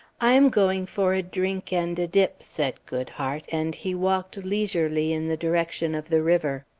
i am going for a drink and a dip, said goodhart, and he walked leisurely in the direction of the river.